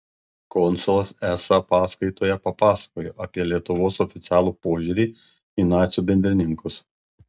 konsulas esą paskaitoje papasakojo apie lietuvos oficialų požiūrį į nacių bendrininkus